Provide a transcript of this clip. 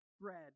bread